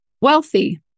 wealthy